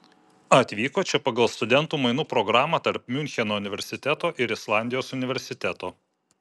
atvyko čia pagal studentų mainų programą tarp miuncheno universiteto ir islandijos universiteto